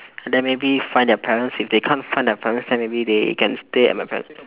and then maybe find their parents if they can't find their parents then maybe they can stay at my parents'